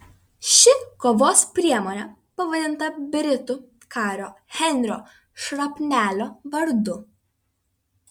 ši kovos priemonė pavadinta britų kario henrio šrapnelio vardu